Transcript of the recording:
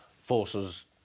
forces